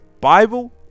bible